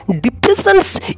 depressions